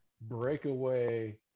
breakaway